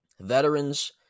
veterans